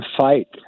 fight